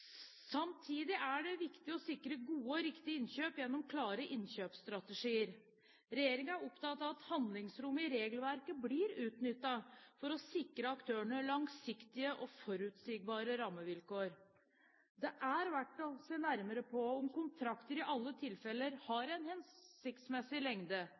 Samtidig er det viktig å sikre gode og riktige innkjøp gjennom klare innkjøpsstrategier. Regjeringen er opptatt av at handlingsrommet i regelverket blir utnyttet for å sikre aktørene langsiktige og forutsigbare rammevilkår. Det er verdt å se nærmere på om kontrakter i alle tilfeller har en hensiktsmessig lengde.